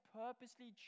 purposely